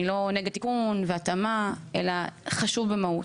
אני לא נגד תיקון והתאמה, אלא חשוב במהות.